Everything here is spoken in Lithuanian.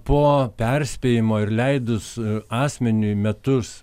po perspėjimo ir leidus asmeniui metus